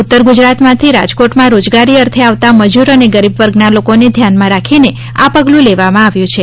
ઉત્તર ગુજરાતમાંથી રાજકોટના રોજગારી અર્થે આવતા મજૂર અને ગરીબ વર્ગના લોકોને ધ્યાનમાં રાખીને આ પગલું લેવામાં આવ્યું છે